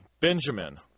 Benjamin